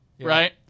right